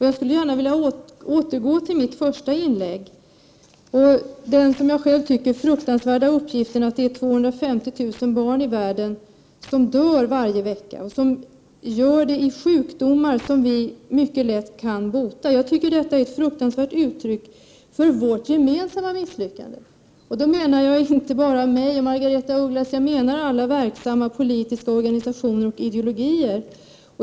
Jag vill gärna återanknyta till mitt första inlägg och den fruktansvärda uppgiften att det är 250 000 barn i världen som dör varje vecka i sjukdomar som mycket lätt kan botas. Detta är ett fruktansvärt uttryck för vårt gemensamma misslyckande. Då menar jag inte bara mig och Margaretha af Ugglas, utan alla verksamma politiska organisationer och ideologier.